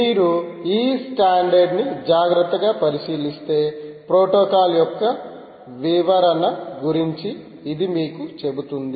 మీరు ఈ స్టాండర్డ్ ని జాగ్రత్తగా పరిశీలిస్తే ప్రోటోకాల్ యొక్క వివరణ గురించి ఇది మీకు చెబుతుంది